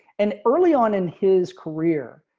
and early on in his career,